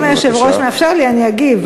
אם היושב-ראש מאפשר לי, אני אגיב.